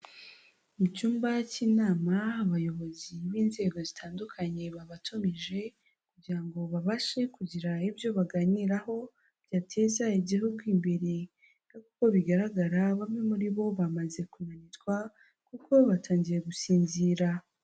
Mu cyumba cy'inama, abayobozi b'inzego zitandukanye babatumije kugira ngo babashe kugira ibyo baganiraho, byateza igihugu imbere nk'uko bigaragara bamwe muri bo bamaze kunanirwa kuko batangiye gusinzira.